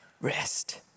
rest